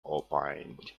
opined